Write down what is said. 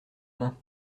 main